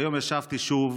והיום ישבתי שוב